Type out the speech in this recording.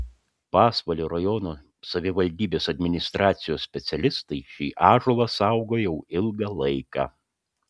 pasvalio rajono savivaldybės administracijos specialistai šį ąžuolą saugo jau ilgą laiką